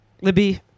Libby